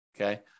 Okay